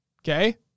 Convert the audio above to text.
Okay